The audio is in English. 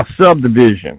subdivision